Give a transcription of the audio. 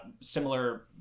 similar